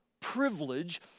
privilege